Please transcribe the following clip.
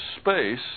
space